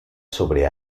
sobre